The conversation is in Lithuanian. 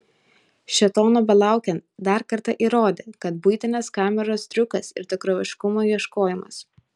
šėtono belaukiant dar kartą įrodė kad buitinės kameros triukas ir tikroviškumo ieškojimas